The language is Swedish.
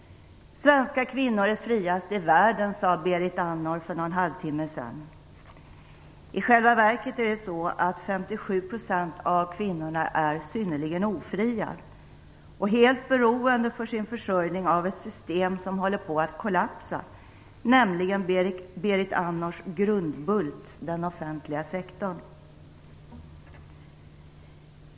Berit Andnor sade för någon halvtimma sedan att svenska kvinnor är friast i världen. I själva verket är 57 % av kvinnorna synnerligen ofria. De är helt beroende för sin försörjning av ett system som håller på att kollapsa, nämligen Berit Andnors grundbult den offentliga sektorn.